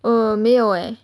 err 没有 leh